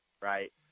right